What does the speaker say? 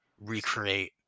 recreate